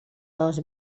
dos